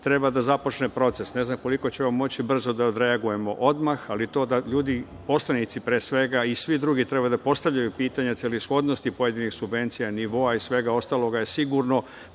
treba da započne proces. Ne znam koliko ćemo moći brzo da odreagujemo odmah, ali to da ljudi, poslanici pre svega, a i svi drugi treba da postavljaju pitanja celishodnosti pojedinih subvencija, nivoa i svega ostaloga, je sigurno